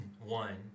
one